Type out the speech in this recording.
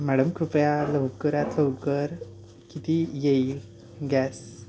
madam कृपया लवकरात लवकर किती येईल गॅस